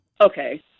okay